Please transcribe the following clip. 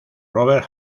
robert